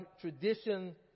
tradition